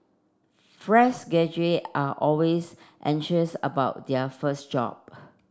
fresh graduates are always anxious about their first job